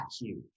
huge